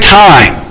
time